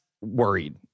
worried